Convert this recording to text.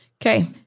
Okay